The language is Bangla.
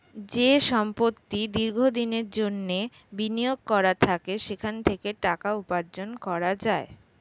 যে সম্পত্তি দীর্ঘ দিনের জন্যে বিনিয়োগ করা থাকে সেখান থেকে টাকা উপার্জন করা যায়